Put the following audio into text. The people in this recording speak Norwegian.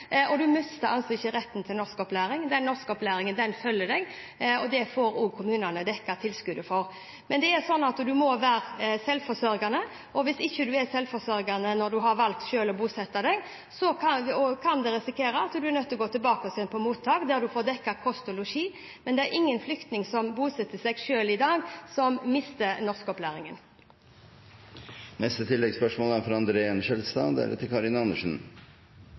og man mister ikke retten til norskopplæring. Denne retten til norskopplæring følger deg, og det får også kommunene dekket tilskuddet til. Men det er sånn at man må være selvforsørgende, og hvis man ikke er selvforsørgende når man selv har valgt å bosette seg, så kan man risikere at man er nødt til å gå tilbake til mottak der man får dekket kost og losji, men det er ingen flyktning som bosetter seg selv i dag, som mister retten til norskopplæring. André N. Skjelstad